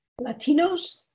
Latinos